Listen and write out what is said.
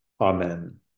Amen